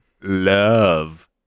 Love